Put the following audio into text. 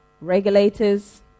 regulators